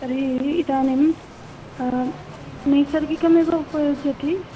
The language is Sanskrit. तर्हि इदानीं नैसर्गिकमेव उपयोजयति